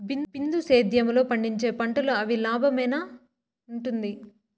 బిందు సేద్యము లో పండించే పంటలు ఏవి లాభమేనా వుంటుంది?